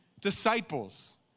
disciples